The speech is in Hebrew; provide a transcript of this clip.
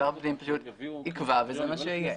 שר הפנים פשוט יקבע וזה מה שיהיה.